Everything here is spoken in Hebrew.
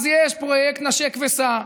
אז יש פרויקט "נשק וסע",